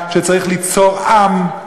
שצריך ליצור עם.